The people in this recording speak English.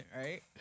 right